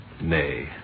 Nay